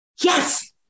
Yes